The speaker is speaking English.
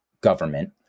government